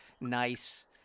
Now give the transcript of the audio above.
nice